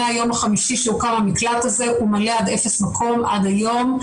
מהיום החמישי שהוקם המקלט הזה הוא מלא עד אפס מקום עד היום.